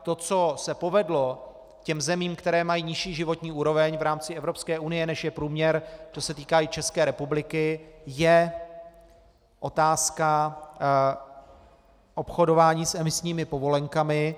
To, co se povedlo zemím, které mají nižší životní úroveň v rámci Evropské unie, než je průměr, to se týká i České republiky, je otázka obchodování s emisními povolenkami.